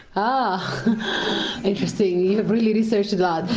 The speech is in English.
ah interesting, you have really researched a lot.